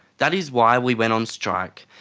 that is why we went on strike,